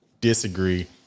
disagree